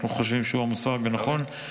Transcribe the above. אנחנו חושבים שהוא המושג הנכון.